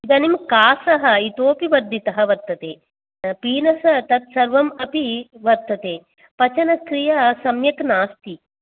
इदानीं कासः इतोऽपि वर्धितः वर्तते पीनस् तत्सर्वम् अपि वर्तते पचनक्रिया सम्यक् नास्ति